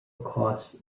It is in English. cost